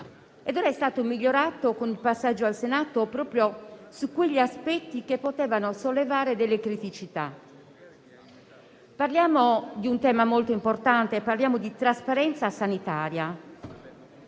ed ora è stato migliorato con il passaggio al Senato proprio su quegli aspetti che potevano sollevare delle criticità. Parliamo di un tema molto importante, la trasparenza sanitaria.